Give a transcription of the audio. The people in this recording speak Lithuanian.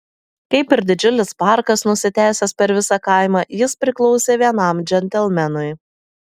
kaip ir didžiulis parkas nusitęsęs per visą kaimą jis priklausė vienam džentelmenui